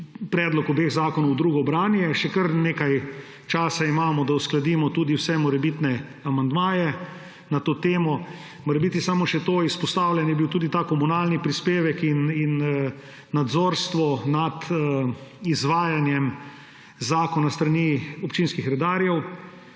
predloga obeh zakonov v drugo branje. Še kar nekaj časa imamo, da uskladimo tudi vse morebitne amandmaje na to temo. Morebiti samo še to, izpostavljen je bil tudi komunalni prispevek in nadzorstvo nad izvajanjem zakona s strani občinskih redarjev.